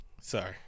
Sorry